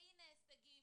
והנה הישגים,